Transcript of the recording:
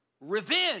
revenge